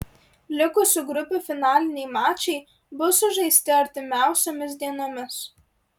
likusių grupių finaliniai mačai bus sužaisti artimiausiomis dienomis